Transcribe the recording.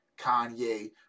Kanye